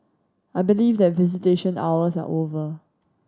I believe that visitation hours are over